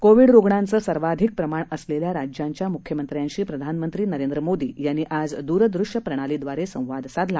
Covid रुग्णांचं सर्वाधिक प्रमाण असलेल्या राज्यांच्या मुख्यमंत्र्यांशी प्रधानमंत्री नरेंद्र मोदी यांनी आज दूरदृष्य प्रणालीद्वारे संवाद साधला